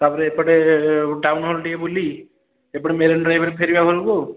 ତା'ପରେ ଏପଟେ town hall ଟିକେ ବୁଲି ଏପଟେ ମେରିନ୍ ଡ୍ରାଇଭ୍ରେ ଫେରିବା ଘରକୁ ଆଉ